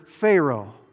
Pharaoh